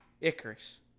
Icarus